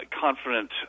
confident